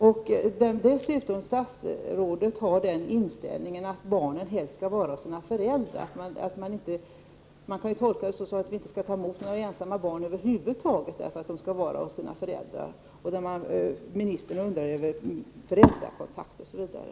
Statsrådet har dessutom den inställningen att barnen helst skall vara hos sina föräldrar, och man kan tolka det som att vi inte skall ta emot några ensamma barn över huvud taget. Ministern undrar över föräldrakontakter, OSV.